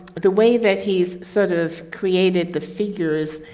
the way that he's sort of created the figures,